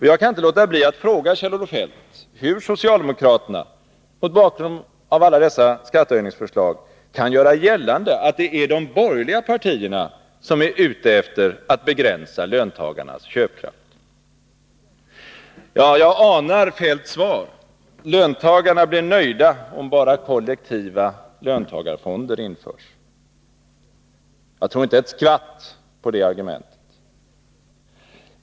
Jag kan inte låta bli att fråga Kjell-Olof Feldt hur socialdemokraterna, mot bakgrund av alla dessa skattehöjningsförslag, kan göra gällande att det är de borgerliga partierna som är ute efter att begränsa löntagarnas köpkraft. Jag anar herr Feldts svar: Löntagarna blir nöjda, om bara kollektiva löntagarfonder införs. Jag tror inte ett skvatt på det argumentet.